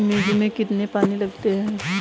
मिर्च में कितने पानी लगते हैं?